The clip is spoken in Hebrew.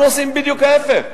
אנחנו עושים בדיוק ההיפך.